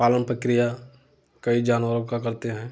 पालन पक्रिया कई जानवरों का करते हैं